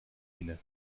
inne